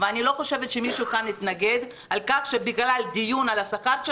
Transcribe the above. לא נראה לי שנפתח את הדיון הזה עכשיו.